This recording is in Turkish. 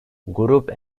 grup